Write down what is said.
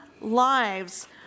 lives